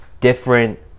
different